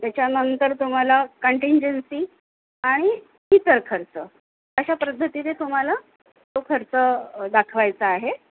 त्याच्यानंतर तुम्हाला कंटिंजन्सी आणि इतर खर्च अशा पद्धतीने तुम्हाला तो खर्च दाखवायचा आहे